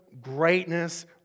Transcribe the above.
greatness